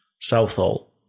Southall